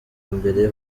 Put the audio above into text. mbere